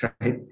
right